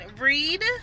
read